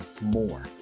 more